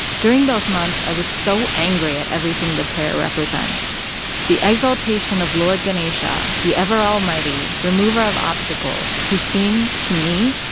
during those months, i was so angry at everything the prayer represents the exultation of lord ganesha, the ever-almighty, remover of obstacles who seemed, to me,